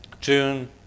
June